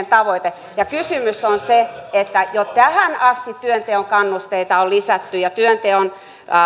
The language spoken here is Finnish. tavoite ja kysymys on se että jo tähän asti työnteon kannusteita on lisätty ja työnteon